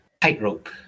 tightrope